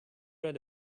read